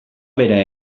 bera